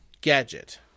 Gadget